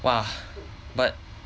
!wah! but